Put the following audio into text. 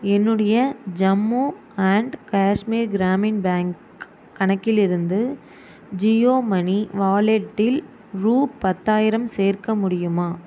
என்னுடைய Jammu and Kashmir Grameen bank கணக்கிலிருந்து Jio money வாலெட்டில் ரூ பத்தாயிரம் சேர்க்க முடியுமா